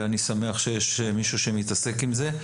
ואני שמח שיש מישהו שמתעסק עם זה.